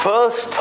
First